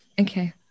Okay